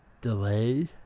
delay